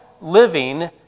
living